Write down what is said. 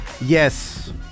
Yes